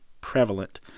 prevalent